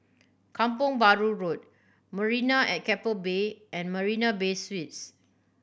Kampong Bahru Road Marina at Keppel Bay and Marina Bay Suites